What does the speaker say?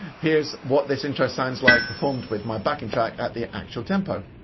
here's what this intro signs like performed with my backing track at the actual tempo.